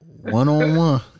one-on-one